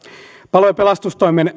palo ja pelastustoimen